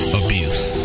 abuse